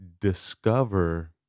discover